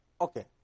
Okay